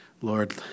Lord